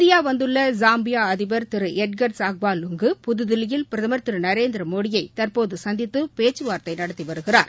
India வந்துள்ள Zambia அதிபர் திரு எட்கர் சாக்வா லுங்கு புதுதில்லியில் பிரதமர் திரு நரேந்திர மோடியை தற்போது சந்தித்து பேச்சு நடத்தி வருகிறார்